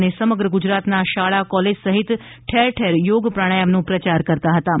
અને સમગ્ર ગુજરાતનાં શાળા કોલેજ સહિત ઠેર ઠેર યોગ પ્રણાયામનો પ્રયાર કરતાં હતાં